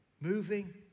moving